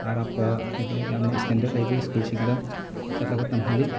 ꯑꯔꯥꯞꯄ ꯍꯥꯏꯗꯤ ꯌꯥꯝꯅ ꯏꯁꯇꯦꯟꯗꯔꯠ ꯂꯩꯕ ꯁ꯭ꯀꯨꯜꯁꯤꯡꯗ ꯆꯠꯂꯒ ꯇꯝꯍꯜꯂꯤ